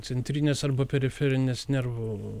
centrinės arba periferinės nervų